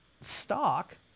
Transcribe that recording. stock